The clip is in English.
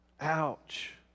Ouch